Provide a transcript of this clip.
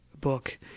book